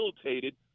facilitated